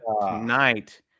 tonight